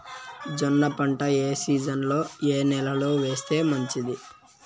జొన్న పంట ఏ సీజన్లో, ఏ నెల లో వేస్తే మంచిది?